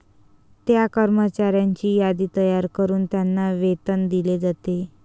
त्या कर्मचाऱ्यांची यादी तयार करून त्यांना वेतन दिले जाते